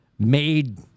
Made